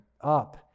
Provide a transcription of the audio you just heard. up